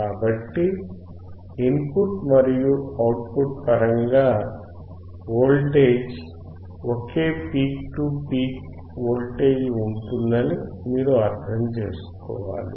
కాబట్టి input మరియు output పరంగా వోల్టేజ్ ఒకే పీక్ టు పీక్ వోల్టేజ్ ఉంటుందని మీరు అర్థం చేసుకోవాలి